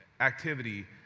activity